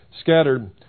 scattered